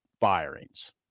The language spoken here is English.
firings